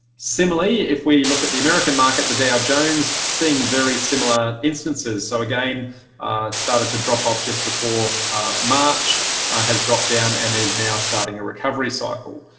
similarly if we look at the american market, the dow jones seeing very similar instances so again it started to drop off just before march has dropped down and is now starting a recovery cycle.